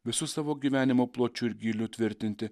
visu savo gyvenimo pločiu ir gyliu tvirtinti